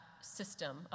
system